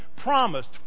promised